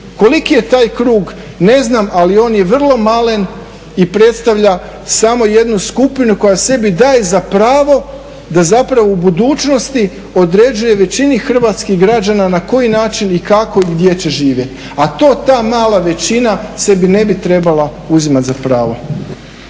Koliki je taj krug ne znam, ali on je vrlo malen i predstavlja samo jednu skupinu koja sebi daje za pravo da zapravo u budućnosti određuje većini hrvatskih građana na koji način i kako i gdje će živjeti. A to ta mala većina sebi ne bi trebala uzimat za pravo.